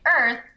earth